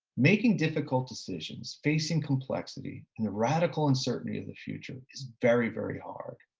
making difficult decisions facing complexity and the radical uncertainty of the future is very, very hard.